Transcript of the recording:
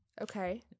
Okay